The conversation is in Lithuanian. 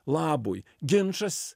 labui ginčas